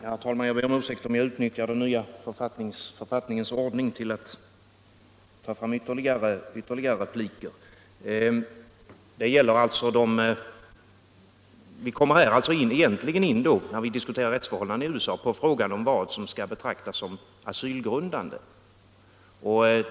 Herr talman! Jag ber om ursäkt för att jag nu utnyttjar den nya författningens ordning till att göra ytterligare repliker. När vi diskuterar rättsförhållandena i USA kommer vi egentligen in på vad som skall betraktas som asylrättsgrundande.